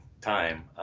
time